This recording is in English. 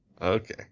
Okay